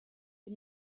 der